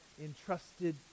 entrusted